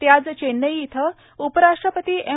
ते आज चेन्नई इथं उपराष्ट्रपती एम